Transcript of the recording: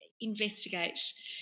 investigate